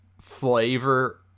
flavor